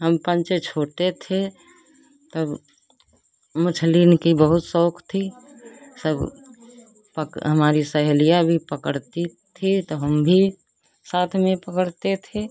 हम कल से छोटे थे तब मछली की बहुत शौक थी सब पक हमारी सहेलियाँ भी पकड़ती थी तो हम भी साथ में पकड़ते थे